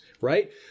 right